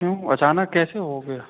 क्यों अचानक कैसे हो गया